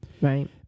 Right